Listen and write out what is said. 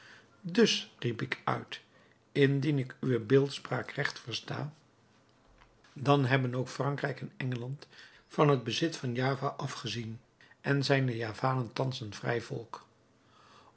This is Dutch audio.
dus riep ik uit indien ik uwe beeldspraak recht versta dan hebben ook frankrijk en engeland van het bezit van java afgezien en zijn de javanen thans een vrij volk